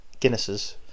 Guinnesses